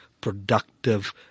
productive